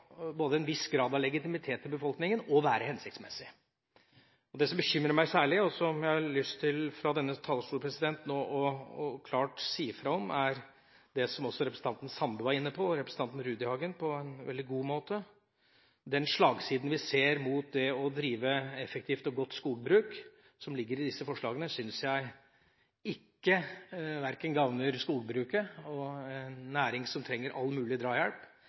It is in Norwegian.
både en viss grad av legitimitet i befolkninga og være hensiktsmessige. Det som særlig bekymrer meg, og som jeg har lyst til å si klart fra om fra denne talerstolen – noe også representantene Sande og Rudihagen var inne på på en veldig god måte – er at den slagsiden vi ser mot det å drive effektivt og godt skogbruk som ligger i disse forslagene, syns jeg ikke gagner skogbruket. Det er en næring som trenger all mulig drahjelp.